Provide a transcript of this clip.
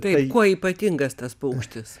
tai kuo ypatingas tas paukštis